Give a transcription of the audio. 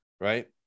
Right